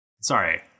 Sorry